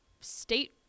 state